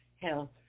health